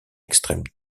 extrême